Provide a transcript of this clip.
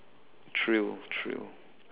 thrill thrill